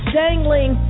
dangling